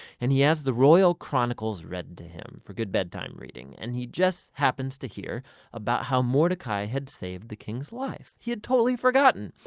and he has the royal chronicles read to him for good bedtime reading. and he just happens to hear about how mordecai had saved the king's life. he had totally forgotten.